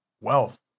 wealth